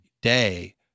day